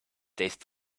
tastes